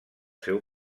seu